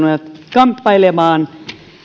kamppailemaan